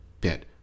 bit